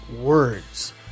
words